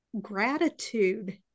gratitude